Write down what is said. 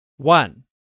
One